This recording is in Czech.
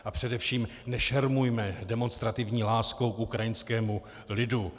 A především nešermujme demonstrativní láskou k ukrajinskému lidu.